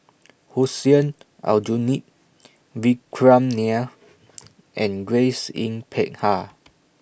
Hussein Aljunied Vikram Nair and Grace Yin Peck Ha